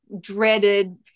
dreaded